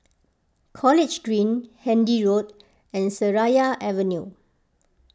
College Green Handy Road and Seraya Avenue